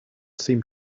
seemed